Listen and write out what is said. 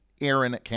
Aaron